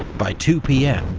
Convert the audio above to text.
by two pm,